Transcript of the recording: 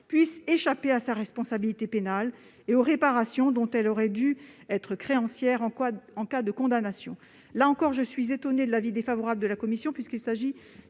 puisse échapper à sa responsabilité pénale et aux réparations dont elle aurait dû être créancière en cas de condamnation. Là encore, je suis étonnée de l'avis défavorable de la commission, puisqu'il s'agit